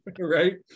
Right